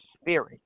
spirit